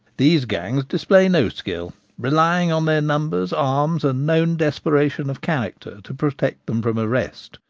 these gangs display no skill relying on their numbers, arms, and known desperation of character to protect them from arrest,